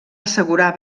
assegurar